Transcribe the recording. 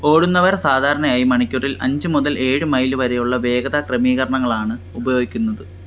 ഓടുന്നവർ സാധാരണയായി മണിക്കൂറിൽ അഞ്ച് മുതൽ ഏഴ് മൈൽ വരെയുള്ള വേഗത ക്രമീകരണങ്ങളാണ് ഉപയോഗിക്കുന്നത്